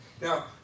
Now